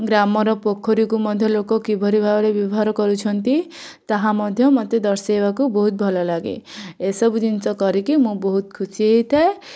ଗ୍ରାମର ପୋଖରୀକୁ ମଧ୍ୟ ଲୋକ କିଭଳି ଭାବେ ବ୍ୟବହାର କରୁଛନ୍ତି ତାହା ମଧ୍ୟ ମୋତେ ଦର୍ଶେଇବାକୁ ବହୁତ ଭଲଲାଗେ ଏସବୁ ଜିନିଷ କରିକି ମୁଁ ବହୁତ ଖୁସି ହେଇଥାଏ